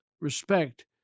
respect